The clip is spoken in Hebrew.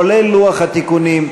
כולל לוח התיקונים,